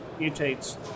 mutates